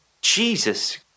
Jesus